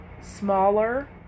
smaller